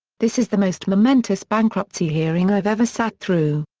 this is the most momentous bankruptcy hearing i've ever sat through.